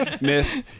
Miss